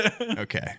Okay